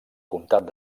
comtat